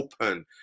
open